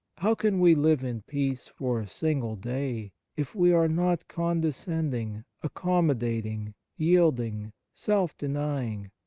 how can we live in peace for a single day if we are not con descending, accommodating, yielding, self denying,